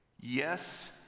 yes